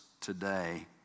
today